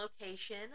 location